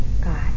God